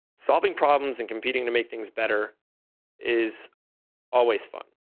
solving problems and competing to make things better is always fun.